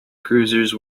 cruisers